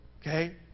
Okay